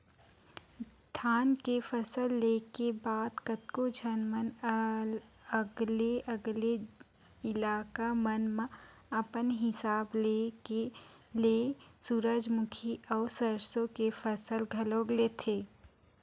धान के फसल ले के बाद कतको झन मन अलगे अलगे इलाका मन म अपन हिसाब ले सूरजमुखी अउ सरसो के फसल घलोक लेथे